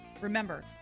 remember